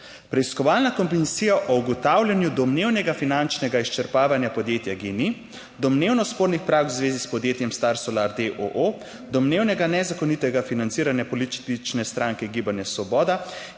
Preiskovalna komisija o ugotavljanju domnevnega finančnega izčrpavanja podjetja GEN-I, domnevno spornih praks v zvezi s podjetjem Star Solar d. o. o., domnevnega nezakonitega financiranja politične stranke Gibanja Svoboda